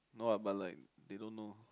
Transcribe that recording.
no ah but like they don't know